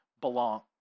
belong